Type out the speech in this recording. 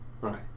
Right